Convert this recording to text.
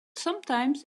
sometimes